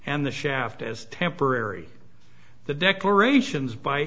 and the shaft as temporary the declarations by